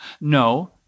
No